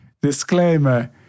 Disclaimer